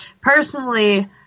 Personally